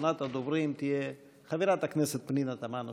ראשונת הדוברים תהיה חברת הכנסת פנינה תמנו שטה.